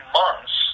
months